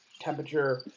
temperature